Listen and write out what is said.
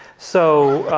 so